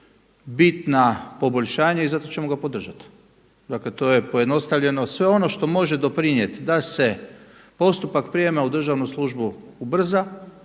bitna poboljšanja i zato ćemo ga podržati. Dakle, to je pojednostavljeno. Sve ono što može doprinijeti da se postupak prijema u državnu službu ubrza,